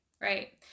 Right